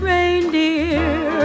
reindeer